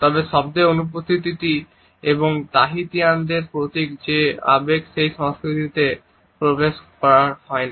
তবে শব্দের অনুপস্থিতি এবং তাহিতিয়ানের প্রতীক যে আবেগ সেই সংস্কৃতিতে প্রকাশ করা হয় না